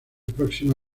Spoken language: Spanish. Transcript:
próxima